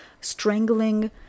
strangling